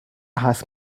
ask